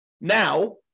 now